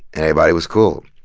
everybody was cool.